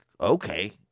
okay